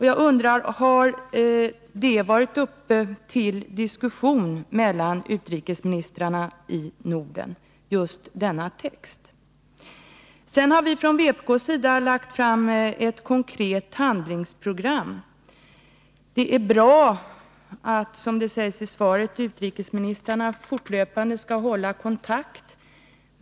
Jag undrar: Har denna text varit uppe till diskussion mellan utrikesministrarna i Norden? Från vpk:s sida har vi lagt fram ett konkret handlingsprogram. Det är bra att, som det sägs i svaret, utrikesministrarna fortlöpande skall hålla kontakt.